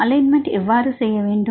alignment எவ்வாறு செய்ய வேண்டும்